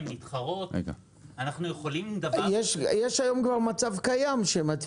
לעומת מצב שבו אתה משתף